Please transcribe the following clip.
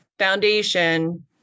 foundation